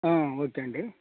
okay అండి